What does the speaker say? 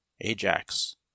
ajax